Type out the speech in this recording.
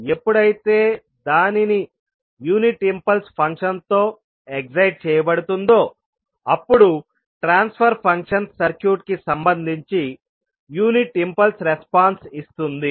ఎప్పుడైతే దానిని unit impulse function తో ఎగ్జైట్ చేయబడుతుందోఅప్పుడు ట్రాన్స్ఫర్ ఫంక్షన్ సర్క్యూట్ కు సంబంధించి యూనిట్ ఇంపల్స్ రెస్పాన్స్ ఇస్తుంది